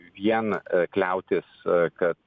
vien kliautis kad